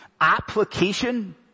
application